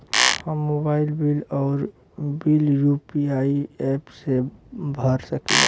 हम mobile bill और bill UPI app से भर सकिला